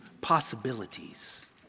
possibilities